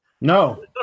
No